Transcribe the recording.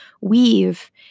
weave